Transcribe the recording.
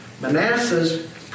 Manasseh's